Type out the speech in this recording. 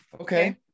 Okay